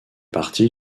partie